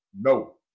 No